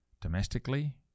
domestically